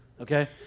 Okay